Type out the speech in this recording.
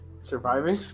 Surviving